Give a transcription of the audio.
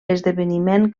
esdeveniment